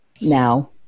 Now